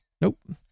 Nope